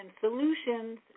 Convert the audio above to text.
solutions